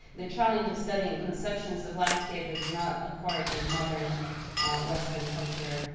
the challenge of studying conceptions of landscape that do not accord with modern western culture,